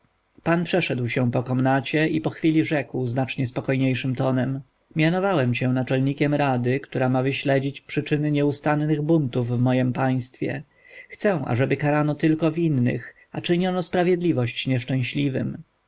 przeszedł się po komnacie i po chwili rzekł znacznie spokojniejszym tonem mianowałem cię naczelnikiem rady która ma wyśledzić przyczyny nieustannych buntów w mojem państwie chcę ażeby karano tylko winnych a czyniono sprawiedliwość nieszczęśliwym